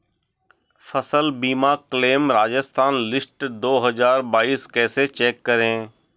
फसल बीमा claim Rajasthan list दो हज़ार बाईस कैसे चेक करें?